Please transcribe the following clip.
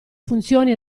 funzioni